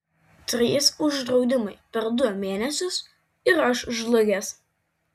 trys uždraudimai per du mėnesius ir aš žlugęs